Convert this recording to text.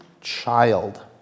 child